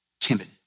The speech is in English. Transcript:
timid